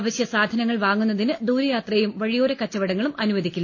അവശ്യ സാധനങ്ങൾ വാങ്ങുന്നതിന് ദൂരയാത്രയും വഴിയോര കച്ചവടങ്ങളും അനുവദിക്കില്ല